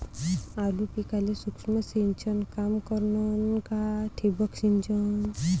आलू पिकाले सूक्ष्म सिंचन काम करन का ठिबक सिंचन?